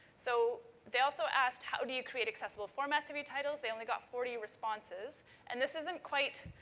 so, they also asked, how do you create accessible formats of your titles? they only got forty responses and this isn't quite,